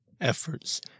efforts